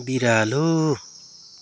बिरालो